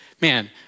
man